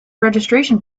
registration